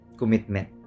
commitment